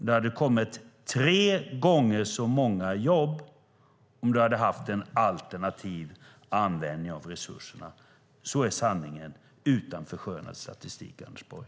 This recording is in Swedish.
Det hade kommit tre gånger så många jobb om du hade haft en alternativ användning av resurserna. Så är sanningen utan förskönad statistik, Anders Borg.